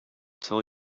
tell